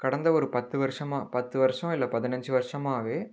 கடந்த ஒரு பத்து வருஷமாக பத்து வருஷம் இல்லை பதினைஞ்சி வருஷமாகவே